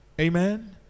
Amen